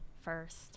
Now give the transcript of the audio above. first